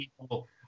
people